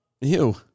Ew